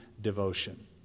devotion